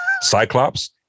Cyclops